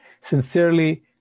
sincerely